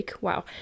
Wow